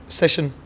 session